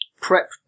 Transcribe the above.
PrEP